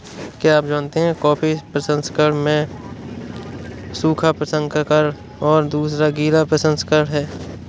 क्या आप जानते है कॉफ़ी प्रसंस्करण में सूखा प्रसंस्करण और दूसरा गीला प्रसंस्करण है?